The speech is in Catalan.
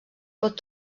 pot